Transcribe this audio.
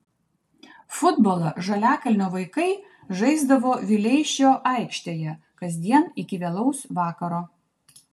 futbolą žaliakalnio vaikai žaisdavo vileišio aikštėje kasdien iki vėlaus vakaro